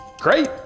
Great